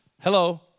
Hello